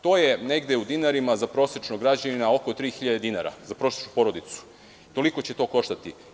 To je negde u dinarima za prosečnog građanina oko 3000 hiljade dinara za prosečnu porodicu, toliko će to koštati.